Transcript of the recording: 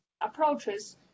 approaches